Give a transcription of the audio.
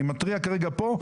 אני מתריע כרגע פה,